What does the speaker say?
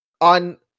On